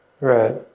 Right